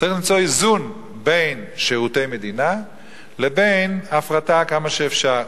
צריך למצוא איזון בין שירותי מדינה לבין הפרטה כמה שאפשר.